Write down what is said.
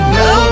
no